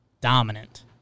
Dominant